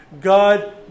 God